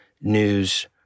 News